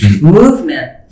movement